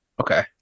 Okay